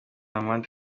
hamadi